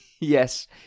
yes